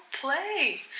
play